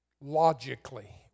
logically